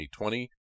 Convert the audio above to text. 2020